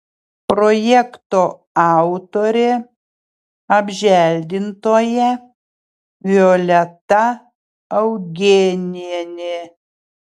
projekto autorė apželdintoja violeta augėnienė